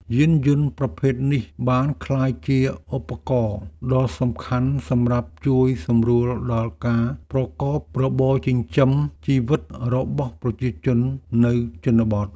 យានយន្តប្រភេទនេះបានក្លាយជាឧបករណ៍ដ៏សំខាន់សម្រាប់ជួយសម្រួលដល់ការប្រកបរបរចិញ្ចឹមជីវិតរបស់ប្រជាជននៅជនបទ។